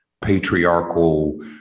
patriarchal